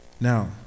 Now